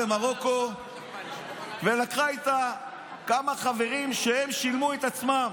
למרוקו ולקחה איתה כמה חברים ששילמו על עצמם.